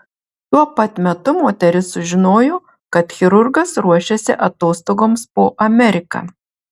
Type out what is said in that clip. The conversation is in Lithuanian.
tuo pat metu moteris sužinojo kad chirurgas ruošiasi atostogoms po ameriką